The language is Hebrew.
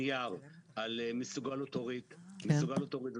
ויכול להיות